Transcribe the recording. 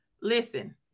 Listen